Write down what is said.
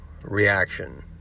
Reaction